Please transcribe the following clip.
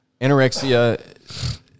Anorexia